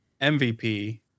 MVP